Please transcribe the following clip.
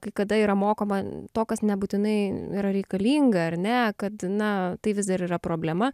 kai kada yra mokoma to kas nebūtinai yra reikalinga ar ne kad na tai vis dar yra problema